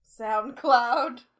SoundCloud